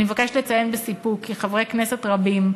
אני מבקשת לציין בסיפוק כי חברי כנסת רבים,